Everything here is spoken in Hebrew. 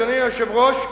אדוני היושב-ראש,